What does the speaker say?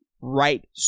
right